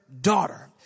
daughter